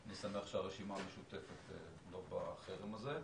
אני שמח שהרשימה המשותפת לא בחרם הזה.